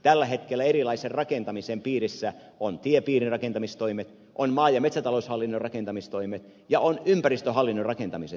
tällä hetkellä rakentamisen piirissä ovat tiepiirin rakentamistoimet maa ja metsätaloushallinnon rakentamistoimet ja ympäristöhallinnon rakentamisen toimet